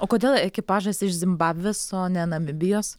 o kodėl ekipažas iš zimbabvės o ne namibijos